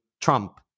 Trump